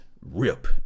rip